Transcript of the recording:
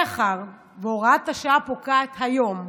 מאחר שהוראת השעה פוקעת היום,